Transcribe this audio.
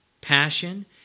passion